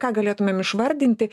ką galėtumėm išvardinti